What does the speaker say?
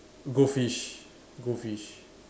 goldfish goldfish